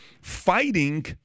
Fighting